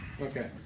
Okay